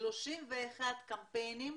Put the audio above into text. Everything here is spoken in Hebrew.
31 קמפיינים,